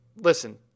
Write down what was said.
listen